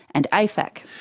and afac.